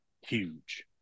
huge